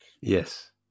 Yes